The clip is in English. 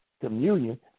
communion